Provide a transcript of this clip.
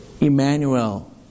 Emmanuel